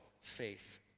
faith